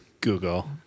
Google